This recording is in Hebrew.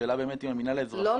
השאלה באמת אם המינהל האזרחי --- לא,